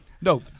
No